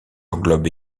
englobe